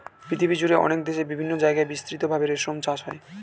পৃথিবীজুড়ে অনেক দেশে বিভিন্ন জায়গায় বিস্তৃত ভাবে রেশম চাষ হয়